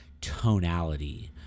tonality